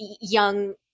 young